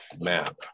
map